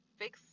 fix